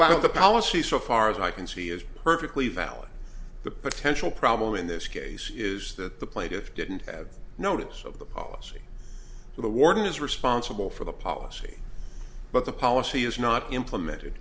lot of the policy so far as i can see is perfectly valid the potential problem in this case is that the plaintiff didn't have notice of the policy the warden is responsible for the policy but the policy is not implemented